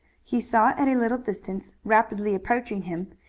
he saw at a little distance, rapidly approaching him,